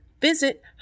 Visit